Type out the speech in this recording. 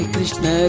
Krishna